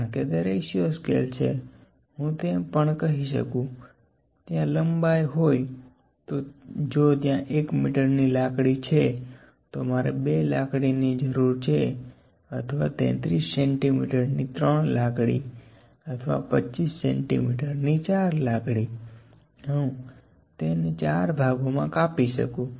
કારણ કે તે રેશિયો સ્કેલ છે હું તેમ પણ કહી શકું ત્યાં લંબાઇ હોય તો જો ત્યાં 1 મીટર ની લાકડી છે તો મારે બે લાકડી ની જરૂર છે અથવા 33 સેન્ટીમીટર ની ત્રણ લાકડી અથવા 25 સેન્ટીમીટર ની 4 લાકડી હું તેને 4 ભાગો મા કાપી શકું